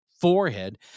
forehead